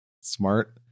smart